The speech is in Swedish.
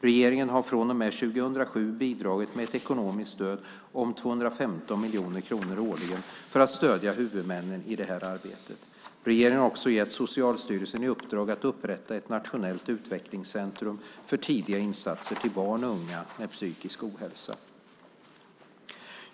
Regeringen har från och med 2007 bidragit med ett ekonomiskt stöd om 215 miljoner kronor årligen för att stödja huvudmännen i det här arbetet. Regeringen har också gett Socialstyrelsen i uppdrag att upprätta ett nationellt utvecklingscentrum för tidiga insatser till barn och unga med psykisk ohälsa.